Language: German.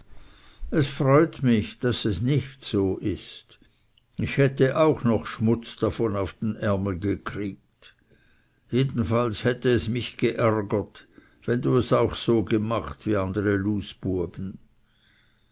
es freut mich daß es nicht so ist ich hätte auch noch schmutz davon auf den ärmel gekriegt jedenfalls hätte es mich geärgert wenn du es auch so gemacht wie andere